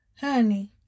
honey